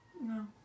No